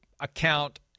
account